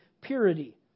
purity